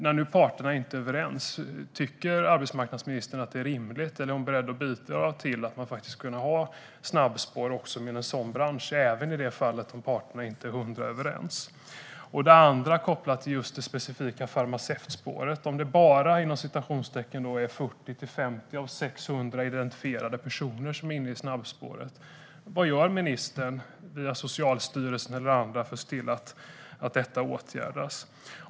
När nu parterna inte är överens - tycker arbetsmarknadsministern att detta är rimligt, eller är hon beredd att bidra till att man kan ha snabbspår också i en sådan bransch även i de fall då parterna inte är till 100 procent överens? Den andra frågan är kopplad till det specifika farmaceutspåret. Om det "bara" är 40-50 av 600 identifierade personer som är inne i snabbspåret - vad gör då ministern, via Socialstyrelsen eller andra, för att se till att detta åtgärdas?